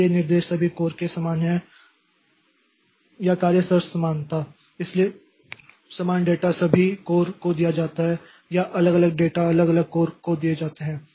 इसलिए निर्देश सभी कोर के समान है या कार्य स्तर समानता इसलिए समान डेटा सभी कोर को दिया जाता है या अलग अलग डेटा अलग अलग कोर को दिए जाते हैं